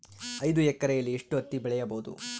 ಐದು ಎಕರೆಯಲ್ಲಿ ಎಷ್ಟು ಹತ್ತಿ ಬೆಳೆಯಬಹುದು?